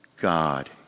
God